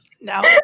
No